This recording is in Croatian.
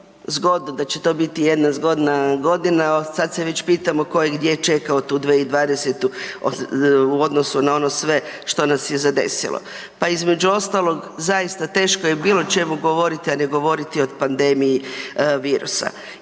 zgodno, da će to biti jedna zgodna godina, sad se već pitamo ko je gdje čekao tu 2020. u odnosu na ono sve što nas je zadesilo. Pa između ostalog zaista teško je bilo o čemu govoriti, a ne govoriti o pandemiji virusa.